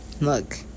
Look